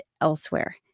elsewhere